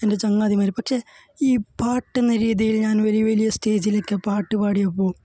എന്റെ ചങ്ങാതിമാർ പക്ഷേ ഈ പാട്ട് എന്ന രീതിയില് ഞാന് വലിയ വലിയ സ്റ്റേജിൽ ഒക്കെ പാട്ട് പാടിയപ്പോള്